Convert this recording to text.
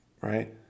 right